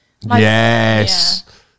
Yes